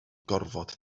gorfod